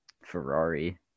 Ferrari